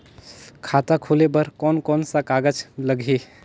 खाता खुले बार कोन कोन सा कागज़ लगही?